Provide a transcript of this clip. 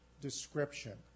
description